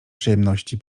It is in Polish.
przyjemności